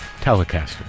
telecaster